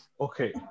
Okay